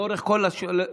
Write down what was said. לאורך כל הסקלה,